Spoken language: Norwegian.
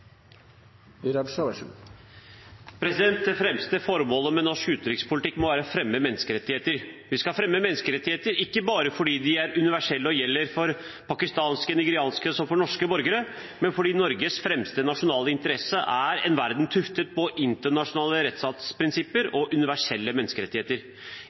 debatten. Det fremste formålet med norsk utenrikspolitikk må være å fremme menneskerettigheter. Vi skal fremme menneskerettigheter ikke bare fordi de er universelle og gjelder for pakistanske og nigerianske som for norske borgere, men også fordi Norges fremste nasjonale interesse er en verden tuftet på internasjonale rettsstatsprinsipper og universelle menneskerettigheter.